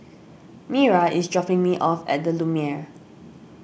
Mira is dropping me off at the Lumiere